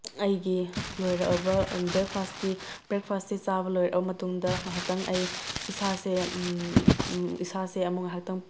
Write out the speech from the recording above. ꯑꯩꯒꯤ ꯂꯣꯏꯔꯛꯑꯕ ꯕ꯭ꯔꯦꯛꯐꯥꯁꯀꯤ ꯕ꯭ꯔꯦꯛꯐꯥꯁꯁꯤ ꯆꯥꯕ ꯂꯣꯏꯔꯛꯑ ꯃꯇꯨꯡꯗ ꯉꯥꯏꯍꯥꯛꯇꯪꯗꯤ ꯑꯩ ꯏꯁꯥꯁꯦ ꯏꯁꯥꯁꯦ ꯑꯃꯨꯛ ꯉꯥꯏꯍꯥꯛꯇꯪ